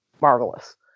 marvelous